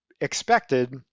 expected